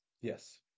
Yes